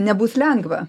nebus lengva